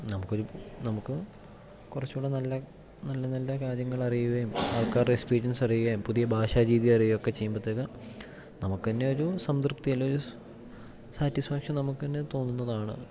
നമുക്കൊരു നമുക്ക് കുറച്ചും കൂടെ നല്ല നല്ല നല്ല കാര്യങ്ങൾ അറിയുകയും ആൾക്കാരുടെ എക്സ്പീരിയൻസ് അറിയുകയും പുതിയ ഭാഷാ രീതി അറിയുകയും ഒക്കെ ചെയ്യുമ്പത്തേനും നമുക്ക് തന്നെ ഒരു സംതൃപ്തി അല്ലേൽ ഒരു സാറ്റിസ്ഫാക്ഷൻ നമുക്ക് തന്നെ തോന്നുന്നതാണ്